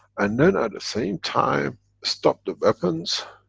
and then at the same time stop the weapons,